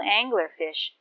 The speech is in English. anglerfish